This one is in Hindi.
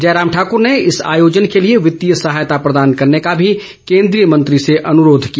जयराम ठाकर ने इस आयोजन के लिए वित्तीय सहायता प्रदान करने का भी केंद्रीय मंत्री से अनुरोध किया